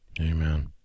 Amen